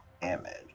damage